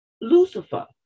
Lucifer